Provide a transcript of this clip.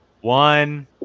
One